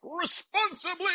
responsibly